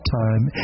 time